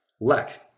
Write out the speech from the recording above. Lex